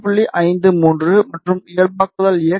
5 3 மற்றும் இயல்பாக்குதல் எக்ஸ் 0